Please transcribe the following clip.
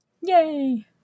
Yay